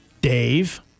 Dave